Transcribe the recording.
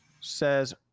says